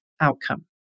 outcome